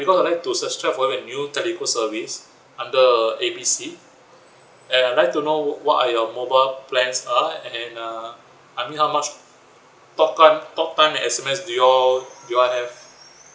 because I like to search try to find a new telco service under uh A B C and I'd like to know what are your mobile plans are and uh I mean how much talk talk time and S_M_S do you all you all have